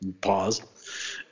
pause